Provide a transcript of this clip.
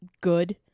good